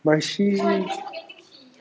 but she